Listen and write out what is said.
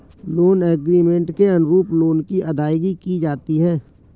loan agreement के अनुरूप loan की अदायगी की जाती है